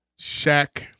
Shaq